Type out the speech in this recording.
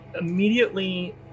immediately